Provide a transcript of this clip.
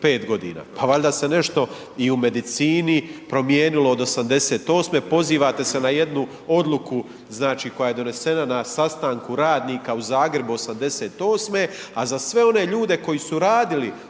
Pa valjda se nešto i u medicini promijenilo od '88., pozivate se na jednu odluku znači koja je donesena na sastanku radnika u Zagrebu '88., a za sve one ljude koji su radili